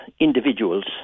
individuals